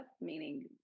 meaning